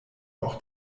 auch